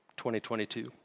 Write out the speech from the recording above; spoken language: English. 2022